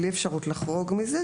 בלי אפשרות לחרוג מכך,